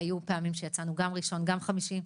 לפעמים יצאנו גם ביום ראשון וגם ביום חמישי.